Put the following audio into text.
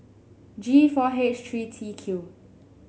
G four H three T Q